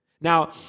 Now